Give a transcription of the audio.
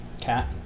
cat